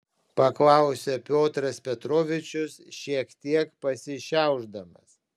paklausė piotras petrovičius šiek tiek pasišiaušdamas